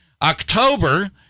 October